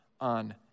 on